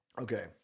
Okay